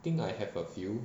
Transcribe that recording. I think I have a few